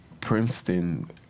Princeton